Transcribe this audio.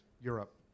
Europe